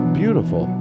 beautiful